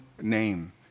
name